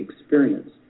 experience